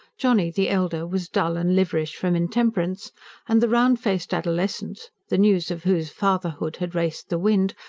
johnny, the elder, was dull and liverish from intemperance and the round-faced adolescent, the news of whose fatherhood had raced the wind,